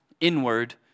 inward